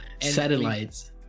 Satellites